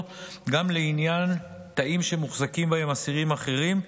גם לעניין תאים שמוחזקים בהם אסירים אחרים,